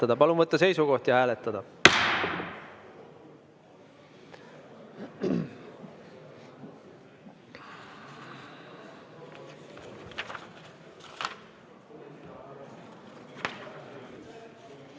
Palun võtta seisukoht ja hääletada!